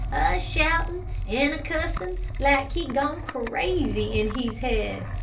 a-shoutin' and a-cussin' lak he gone crazee in hees head.